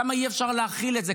כמה אי-אפשר להכיל את זה,